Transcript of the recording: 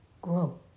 Grow